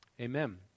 Amen